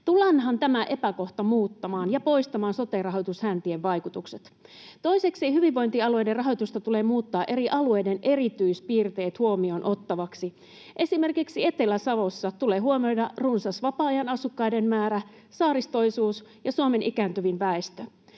Tullaanhan tämä epäkohta muuttamaan ja poistamaan sote-rahoitushäntien vaikutukset? Toiseksi hyvinvointialueiden rahoitusta tulee muuttaa eri alueiden erityispiirteet huomioon ottavaksi. Esimerkiksi Etelä-Savossa tulee huomioida runsas vapaa-ajan asukkaiden määrä, saaristoisuus ja Suomen ikääntyvin väestö.